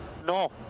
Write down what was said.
No